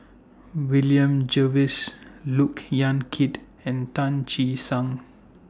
William Jervois Look Yan Kit and Tan Che Sang